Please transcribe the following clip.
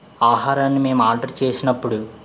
ఆహారాన్ని మేము ఆర్డర్ చేసినప్పుడు